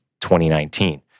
2019